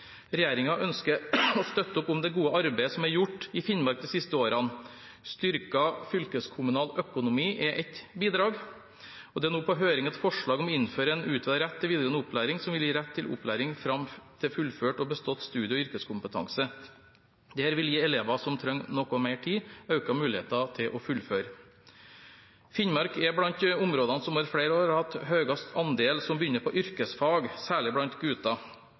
ønsker å støtte opp om det gode arbeidet som er gjort i Finnmark de siste årene – styrket fylkeskommunal økonomi er et bidrag. Det er nå på høring et forslag om å innføre en utvidet rett til videregående opplæring, som vil gi en rett til opplæring fram til fullført og bestått studie- og yrkeskompetanse. Dette vil gi elevene som trenger noe mer tid, økte muligheter til å fullføre. Finnmark er blant områdene som over flere år har hatt høyest andel som begynner på yrkesfag, særlig blant